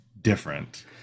different